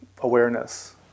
awareness